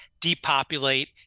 depopulate